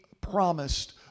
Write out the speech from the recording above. promised